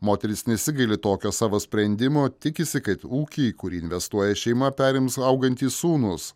moteris nesigaili tokio savo sprendimo tikisi kad ūkį kurį investuoja šeima perims augantys sūnūs